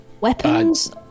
weapons